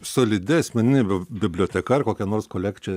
solidi asmeninė biblioteka ar kokia nors kolekcija